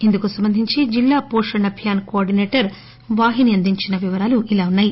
ఇందుకు సంబంధించి జిల్లా పోషణ్ అభియాన్ కో ఆర్గినేటర్ వాహిని అందించిన వివరాలు ఇలా ఉన్నాయి